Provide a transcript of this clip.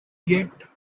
yet